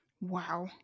Wow